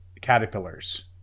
caterpillars